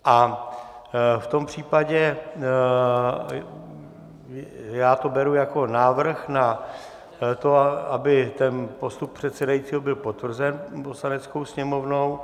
A v tom případě já to beru jako návrh na to, aby postup předsedajícího byl potvrzen Poslaneckou sněmovnou.